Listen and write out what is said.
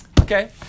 Okay